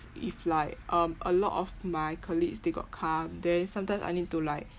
if like um a lot of my colleagues they got come then sometimes I need to like